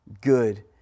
good